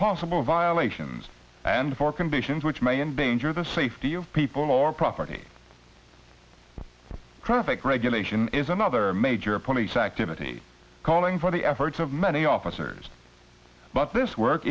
possible violations and for conditions which may endanger the safety of people or property critic regulation is another major police activity calling for the efforts of many officers but this work